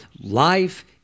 life